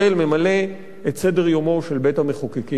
ממלא את סדר-יומו של בית-המחוקקים".